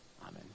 Amen